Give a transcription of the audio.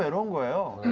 whom will